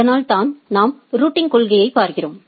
அதனால் தான் நாம் ரூட்டிங் கொள்கையைப் பார்க்கிறோம்